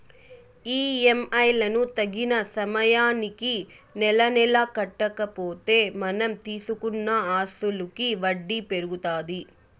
EMI లను తగిన సమయానికి నెలనెలా కట్టకపోతే మనం తీసుకున్న అసలుకి వడ్డీ పెరుగుతాది